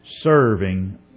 serving